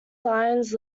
lines